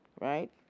right